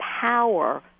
power